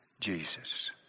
Jesus